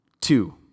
Two